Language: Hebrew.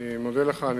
אני מודה לך,